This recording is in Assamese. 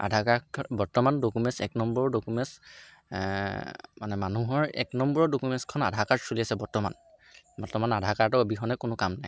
আধাৰ কাৰ্ডখন বৰ্তমান ডকুমেণ্টচ এক নম্বৰৰ ডকুমেণ্টচ মানে মানুহৰ এক নম্বৰৰ ডকুমেণ্টচখন আধাৰ কাৰ্ডখন চলি আছে বৰ্তমান বৰ্তমান আধাৰ কাৰ্ডখনৰ অবিহনে কোনো কাম নাই